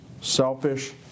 selfish